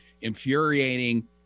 infuriating